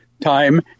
time